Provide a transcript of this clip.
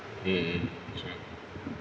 mmhmm